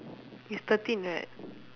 it's thirteen right